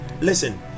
Listen